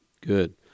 Good